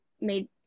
made